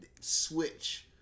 switch